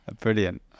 Brilliant